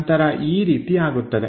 ನಂತರ ಈ ರೀತಿ ಆಗುತ್ತವೆ